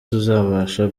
tuzabasha